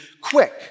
quick